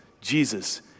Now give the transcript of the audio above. Jesus